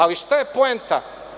Ali, šta je poenta?